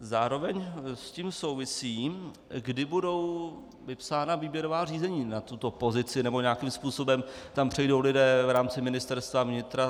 Zároveň s tím souvisí, kdy budou vypsána výběrová řízení na tuto pozici, nebo nějakým způsobem tam přejdou lidé v rámci Ministerstva vnitra.